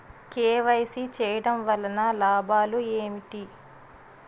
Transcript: KYC చేయటం వలన లాభాలు ఏమిటి?